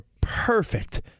perfect